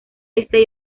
este